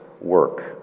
work